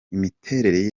imiterere